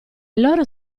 loro